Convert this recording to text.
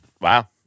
Wow